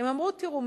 הן אמרו: תראו,